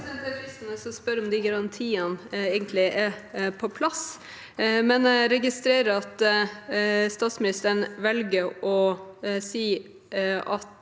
fristende å spørre om de garantiene egentlig er på plass. Jeg registrerer at statsministeren velger å si at